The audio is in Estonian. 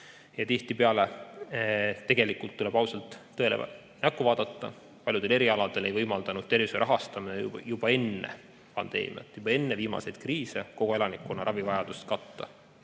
Tihtipeale tegelikult, tuleb ausalt tõele näkku vaadata, paljudel erialadel ei võimaldanud tervishoiu rahastamine juba enne pandeemiat, juba enne viimaseid kriise kogu elanikkonna ravivajadust katta.